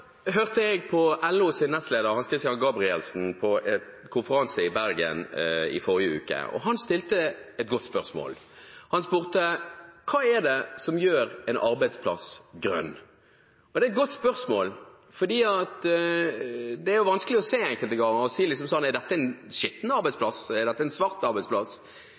Jeg hørte på LOs nestleder Hans-Christian Gabrielsen på en konferanse i Bergen i forrige uke, og han stilte et godt spørsmål. Han spurte: Hva er det som gjør en arbeidsplass grønn? Det er et godt spørsmål, for det er vanskelig å se enkelte ganger og å si: Er dette en skitten arbeidsplass? Er dette en svart arbeidsplass?